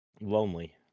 Lonely